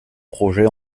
projet